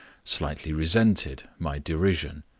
slightly resented my derision.